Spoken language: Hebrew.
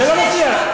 זה לא מפריע לך.